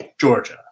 georgia